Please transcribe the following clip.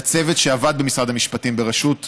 לצוות שעבד במשרד המשפטים בראשות